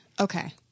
Okay